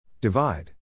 Divide